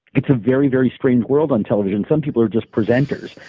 it's a very, very strange world on television. some people are just presenters.